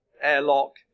airlock